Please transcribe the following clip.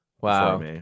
Wow